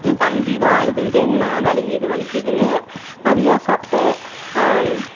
என் தம்பிதான் அழுதுக்கிட்டே நின்னான் வலிக்கிது வலிக்கிதுன்னு நிறையா சாப்பிட்டோம்